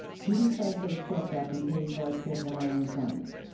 judy franco stepped up and paid for our trip on her own funds,